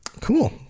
cool